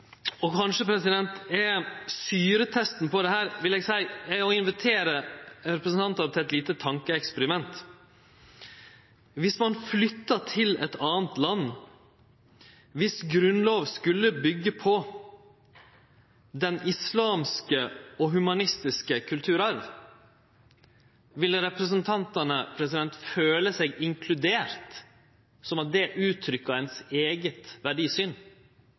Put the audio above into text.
Syretesten på dette vil eg seie er å invitere representantane til eit lite tankeeksperiment: Viss ein flytter til eit anna land, og Grunnlova der skulle byggje på den islamske og humanistiske kulturarven, ville representantane føle seg inkluderte, ved at det uttrykte deira eigne verdisyn?